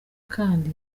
kandi